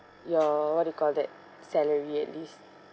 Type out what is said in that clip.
your what do you call that salary at least